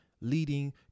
leading